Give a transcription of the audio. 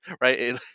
right